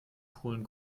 polen